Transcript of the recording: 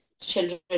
children